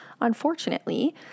Unfortunately